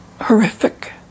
horrific